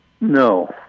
No